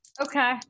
Okay